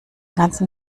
ganzen